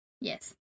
Yes